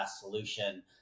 solution